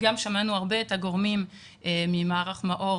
שמענו הרבה את הגורמים ממערך מאו"ר